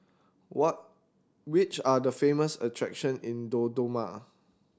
what which are the famous attraction in Dodoma